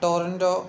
Toronto